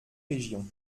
régions